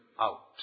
out